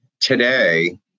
Today